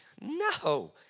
No